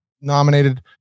nominated